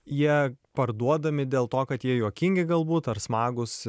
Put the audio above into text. jie parduodami dėl to kad jie juokingi galbūt ar smagūs